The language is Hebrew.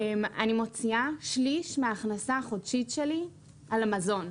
אני מוציאה שליש מההכנסה החודשית שלי על המזון,